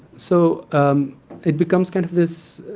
so it becomes kind of this